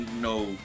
no